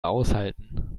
aushalten